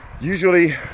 Usually